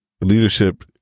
leadership